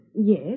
Yes